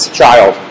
child